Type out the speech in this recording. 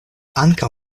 ankaŭ